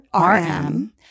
RM